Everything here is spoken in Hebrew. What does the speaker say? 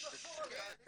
תפסיק לחפור עליה.